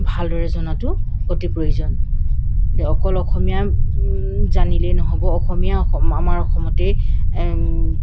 ভালদৰে জনাতো অতি প্ৰয়োজন এতিয়া অকল অসমীয়া জানিলেই নহ'ব অসমীয়া আমাৰ অসমতেই